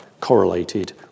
correlated